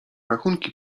rachunki